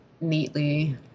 neatly